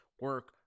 Work